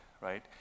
right